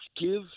give